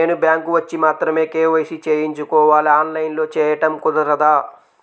నేను బ్యాంక్ వచ్చి మాత్రమే కే.వై.సి చేయించుకోవాలా? ఆన్లైన్లో చేయటం కుదరదా?